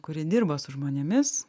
kuri dirba su žmonėmis